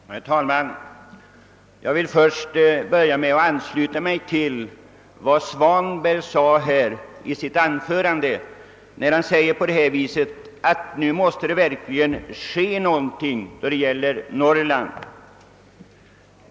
Herr talman! Jag vill börja med att ansluta mig till Ingvar Svanbergs uttalande, att nu måste det verkligen ske någonting då det gäller Norrland.